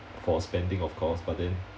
for spending of course but then